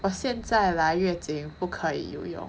我现在来月经不可以游泳